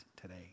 today